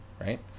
right